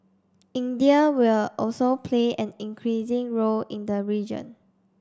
India will also play an increasing role in the region